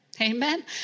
Amen